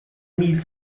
mille